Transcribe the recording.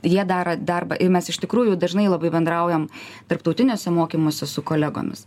jie daro darbą ir mes iš tikrųjų dažnai labai bendraujam tarptautiniuose mokymuose su kolegomis